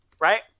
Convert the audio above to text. Right